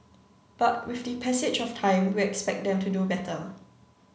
but with the passage of time we expect them to do better